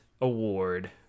award